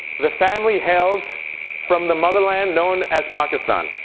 the family hails from the motherland known as pakistan,